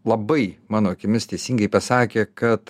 labai mano akimis teisingai pasakė kad